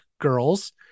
girls